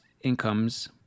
incomes